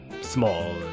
small